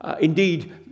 Indeed